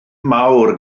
mawr